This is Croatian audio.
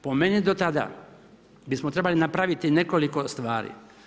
Po meni do tada bismo trebali napraviti nekoliko stvari.